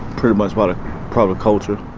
pretty much but probably culture.